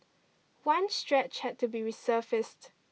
one stretch had to be resurfaced